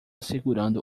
segurando